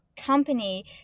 company